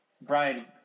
Brian